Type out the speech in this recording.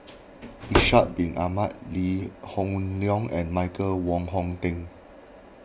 Ishak Bin Ahmad Lee Hoon Leong and Michael Wong Hong Teng